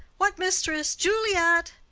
what, mistress! juliet!